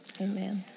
Amen